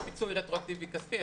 לא פיצוי רטרואקטיבי כספי,